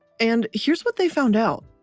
and here's what they found out.